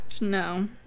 no